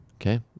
Okay